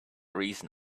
reason